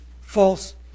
false